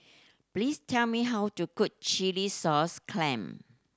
please tell me how to cook chilli sauce clam